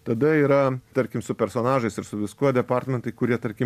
tada yra tarkim su personažais ir su viskuo departmentai kurie tarkim